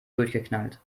durchgeknallt